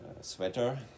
sweater